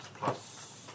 plus